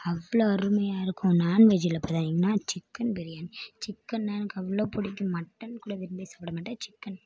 அவ்வளோ அருமையாக இருக்கும் நான்வெஜ்ஜில் பார்த்திங்கனா சிக்கன் பிரியாணி சிக்கன்னா எனக்கு அவ்வளோ பிடிக்கும் மட்டன் கூட விரும்பி சாப்பிட மாட்டேன் சிக்கன்